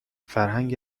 فرهنگ